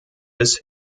bis